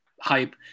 hype